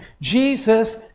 Jesus